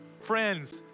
Friends